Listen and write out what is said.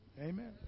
Amen